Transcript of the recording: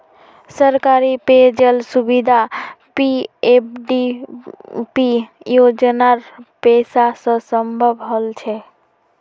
सरकारी पेय जल सुविधा पीएफडीपी योजनार पैसा स संभव हल छ